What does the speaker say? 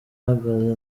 uhagaze